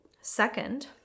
Second